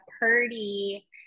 Purdy